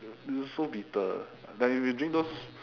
it's so bitter like if you drink those